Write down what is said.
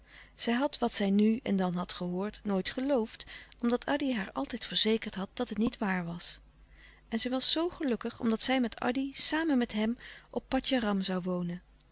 zij had wat zij nu en dan had gehoord nooit geloofd omdat addy haar altijd verzekerd had dat het niet waar was en zij was zoo gelukkig omdat zij met addy samen met hem op patjaram zoû wonen